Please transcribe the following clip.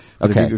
Okay